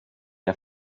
der